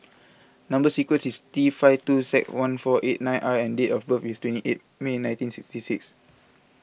Number Sequence is T five two seven one four eight nine R and date of birth is twenty eight May nineteen sixty six